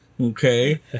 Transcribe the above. Okay